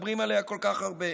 שמדברים עליה כל כך הרבה?